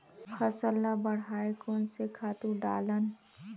फसल ल बढ़ाय कोन से खातु डालन?